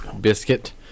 biscuit